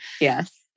Yes